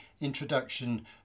introduction